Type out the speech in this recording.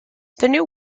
new